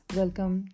welcome